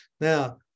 Now